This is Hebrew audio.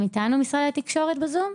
משרד התקשורת אתנו בזום?